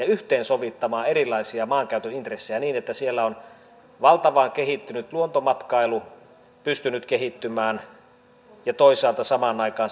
yhteensovittamaan erilaisia maankäytön intressejä ja saamaan aikaan niin että siellä on valtavan kehittynyt luontomatkailu pystynyt kehittymään ja toisaalta samaan aikaan